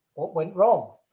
what went wrong?